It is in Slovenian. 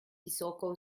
visoko